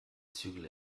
zügel